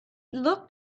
looked